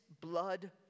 blood